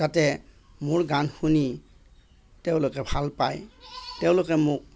যাতে মোৰ গান শুনি তেওঁলোকে ভালপায় তেওঁলোকে মোক